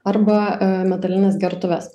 arba metalines gertuves